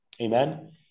amen